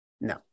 No